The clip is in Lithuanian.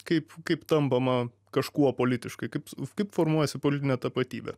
kaip kaip tampama kažkuo politiškai kaip kaip formuojasi politinė tapatybė